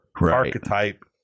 archetype